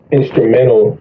instrumental